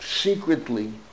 secretly